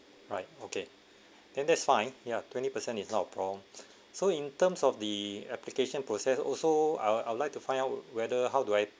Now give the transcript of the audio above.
right okay then that's fine yeah twenty percent is not a problem so in terms of the application process also I'd I would like to find out whether how do I